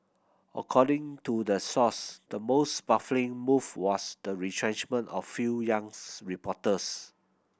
according to the source the most baffling move was the retrenchment of few youngs reporters